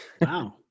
Wow